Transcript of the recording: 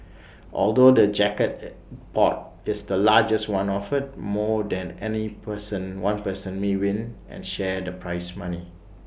although the jackpot is the largest one offered more than any person one person may win and share the prize money